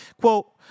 quote